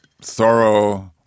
thorough